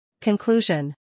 Conclusion